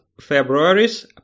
February's